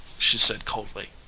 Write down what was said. she said coldly.